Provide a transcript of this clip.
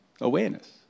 Awareness